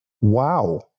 wow